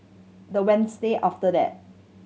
the Wednesday after that